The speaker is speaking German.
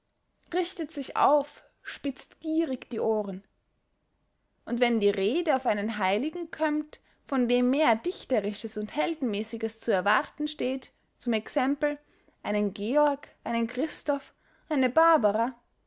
richtet sich auf spitzt gierig die ohren und wenn die rede auf einen heiligen kömmt von dem mehr dichterisches und heldenmäßiges zu erwarten steht zum exempel einen georg einen christoph eine barbara